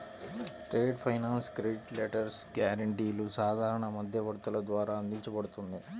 trade finance credit letters, గ్యారెంటీలు సాధారణ మధ్యవర్తుల ద్వారా అందించబడుతుంది